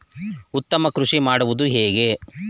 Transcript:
ಉತ್ತಮ ಕೃಷಿ ಮಾಡುವುದು ಹೇಗೆ?